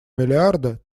миллиарда